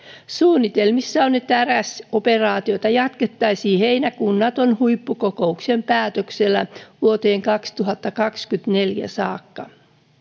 suunnitelmissa on että rs operaatiota jatkettaisiin heinäkuun naton huippukokouksen päätöksellä vuoteen kaksituhattakaksikymmentäneljä saakka